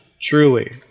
Truly